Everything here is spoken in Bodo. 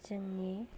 जोंनि